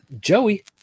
Joey